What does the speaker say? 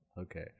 okay